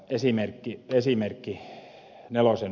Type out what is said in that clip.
esimerkki nelosen uutisista